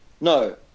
No